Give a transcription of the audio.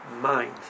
mind